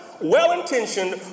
well-intentioned